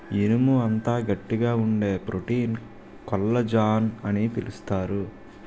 ఇనుము అంత గట్టిగా వుండే ప్రోటీన్ కొల్లజాన్ అని పిలుస్తారు